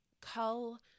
cull